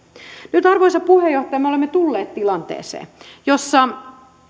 nyt arvoisa puheenjohtaja me olemme tulleet tilanteeseen jossa